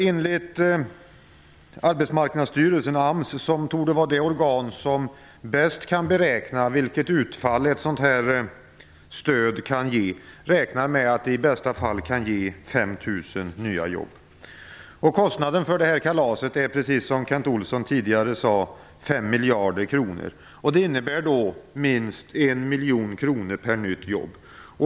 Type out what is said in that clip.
Enligt Arbetsmarknadsstyrelsen, AMS, som torde vara det organ som bäst kan beräkna vilket utfall ett sådant stöd kan ge, räknar med att det i bästa fall kan ge 5 000 nya jobb. Kostnaden för kalaset, precis som Kent Olsson tidigare sade, beräknas uppgå till 5 miljarder kronor. Det innebär minst 1 miljon kronor per nytt jobb.